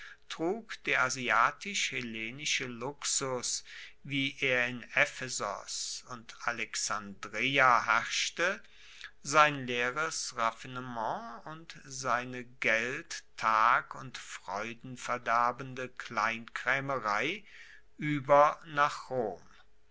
trug der asiatisch hellenische luxus wie er in ephesos und alexandreia herrschte sein leeres raffinement und seine geld tag und freudenverderbende kleinkraemerei ueber nach rom